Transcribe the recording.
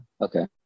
okay